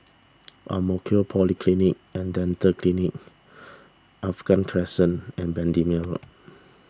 Ang Mo Kio Polyclinic and Dental Clinic Alkaff Crescent and Bendemeer Road